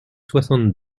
soixante